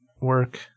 work